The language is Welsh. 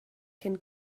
cyn